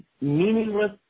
meaningless